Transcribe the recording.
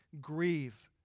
Grieve